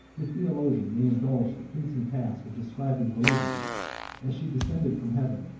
the theologian may indulge the pleasing task of describing religion as she descended from heaven,